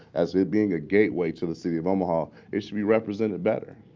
as it being a gateway to the city of omaha, it should be represented better.